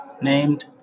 named